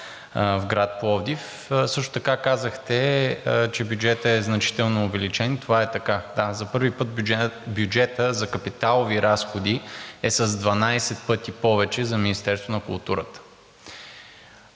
в град Пловдив. Също така казахте, че бюджетът е значително увеличен, това е така. Да, за първи път бюджетът за капиталови разходи е с 12 пъти повече за Министерството на културата